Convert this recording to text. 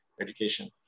education